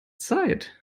zeit